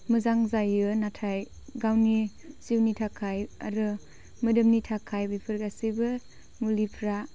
मोजां जायो नाथाय गावनि जिउनि थाखाय आरो मोदोमनि थाखाय बेफोर गासैबो मुलिफ्रा